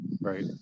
Right